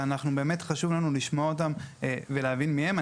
וחשוב לנו לשמוע אותן ולהבין מהן.